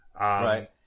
Right